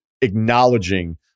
acknowledging